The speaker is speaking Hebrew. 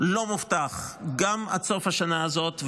לא מובטח גם עד סוף השנה הזאת,